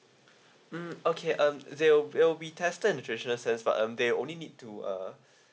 mm okay um they will they will be tested in literature sense but um they only need to uh